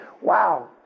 Wow